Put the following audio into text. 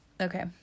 Okay